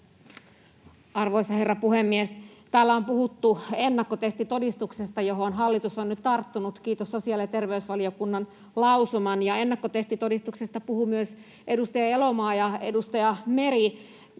Arvoisa herra puhemies! Täällä on puhuttu ennakkotestitodistuksesta, johon hallitus on nyt tarttunut, kiitos sosiaali- ja terveysvaliokunnan lausuman, ja ennakkotestitodistuksesta puhuivat myös edustaja Elomaa ja edustaja Meri.